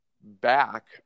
back